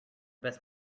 best